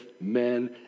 men